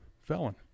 felon